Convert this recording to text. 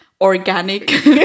organic